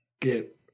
get